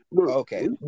Okay